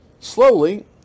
slowly